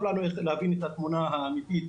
לנו להבין ולראות את התמונה האמיתית